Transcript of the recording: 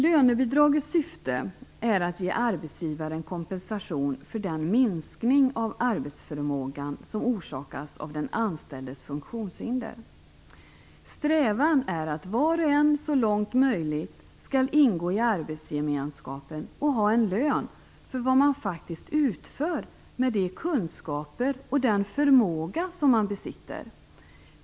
Lönebidragets syfte är att ge arbetsgivaren kompensation för den minskning av arbetsförmågan som orsakas av den anställdes funktionshinder. Strävan är att var och en så långt möjligt skall ingå i arbetsgemenskapen och ha en lön för vad man faktiskt utför med de kunskaper och den förmåga som man besitter.